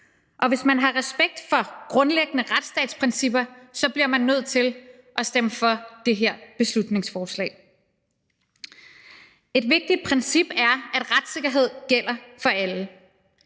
og hvis man har respekt for grundlæggende retsstatsprincipper, bliver man nødt til at stemme for det her beslutningsforslag. Et vigtigt princip er, at retssikkerhed gælder for alle,